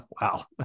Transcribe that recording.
Wow